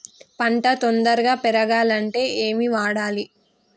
పంట తొందరగా పెరగాలంటే ఏమి వాడాలి?